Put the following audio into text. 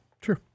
True